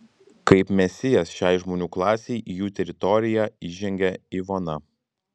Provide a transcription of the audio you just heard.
kaip mesijas šiai žmonių klasei į jų teritoriją įžengia ivona